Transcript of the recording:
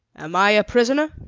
am i a prisoner?